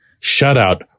shutout